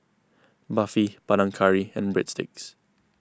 Barfi Panang Curry and Breadsticks